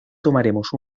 tomaremos